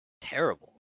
Terrible